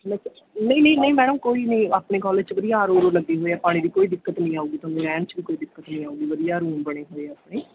ਨਹੀਂ ਨਹੀਂ ਨਹੀਂ ਮੈਡਮ ਕੋਈ ਨਹੀਂ ਆਪਣੇ ਕਾਲਜ 'ਚ ਵਧੀਆ ਆਰ ਔ ਊਰੋ ਲੱਗੇ ਹੋਏ ਆ ਪਾਣੀ ਦੀ ਕੋਈ ਦਿੱਕਤ ਨਹੀਂ ਆਵੇਗੀ ਤੁਹਾਨੂੰ ਰਹਿਣ 'ਚ ਵੀ ਕੋਈ ਦਿੱਕਤ ਨਹੀਂ ਆਵੇਗੀ ਵਧੀਆ ਰੂਮ ਬਣੇ ਹੋਏ ਆ ਉੱਥੇ